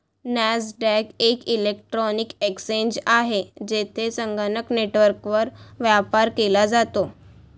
Nasdaq एक electronic exchange आहे, जेथे संगणक नेटवर्कवर व्यापार केला जातो